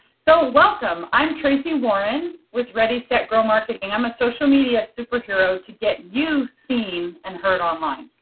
so welcome. i'm tracey warren with ready set grow marketing. i'm a social media superhero to get you seen and heard online.